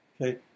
Okay